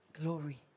glory